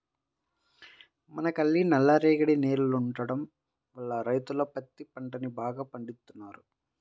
మనకల్లి నల్లరేగడి నేలలుండటం వల్ల రైతులు పత్తి పంటని బాగా పండిత్తన్నారు